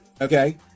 Okay